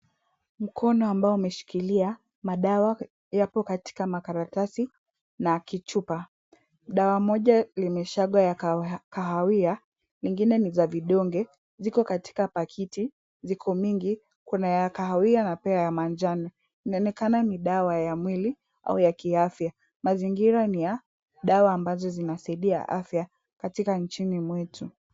Mkono ambao umeshikilia madawa yapo katika makaratasi na kichupa. Dawa moja limeshagwa ya kahawia lingine ni za vidonge ziko katika pakiti. Ziko mingi kuna ya kahawia pia ya manjano. lnaonekana ni dawa ya mwili au ya kiafya. Mazingira ni ya dawa ambazo zinasaidia afya katika nchini mwetu.